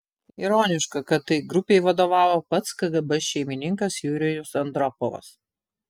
ironiška kad tai grupei vadovavo pats kgb šeimininkas jurijus andropovas